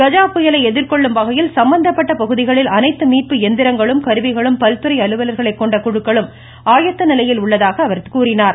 கஜாபுயலை எதிர்கொள்ளும் வகையில் சம்பந்தப்பட்ட பகுதிகளில் அனைத்து மீட்பு எந்திரங்களும் கருவிகளும் பல்துறை அலுவலர்களைக் கொண்ட குழுக்களும் ஆயத்த நிலையில் உள்ளதாக அவர் தெரிவித்தார்